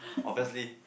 obviously